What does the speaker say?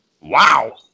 Wow